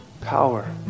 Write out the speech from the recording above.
power